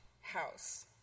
house